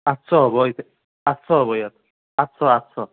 আঠশ হ'ব এইটো আঠশ হ'ব ইয়াত আঠশ আঠশ